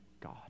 God